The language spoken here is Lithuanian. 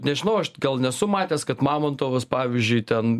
nežinau aš gal nesu matęs kad mamontovas pavyzdžiui ten